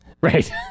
Right